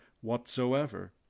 whatsoever